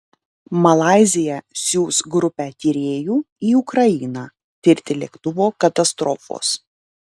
malaizija siųs grupę tyrėjų į ukrainą tirti lėktuvo katastrofos